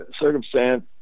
circumstance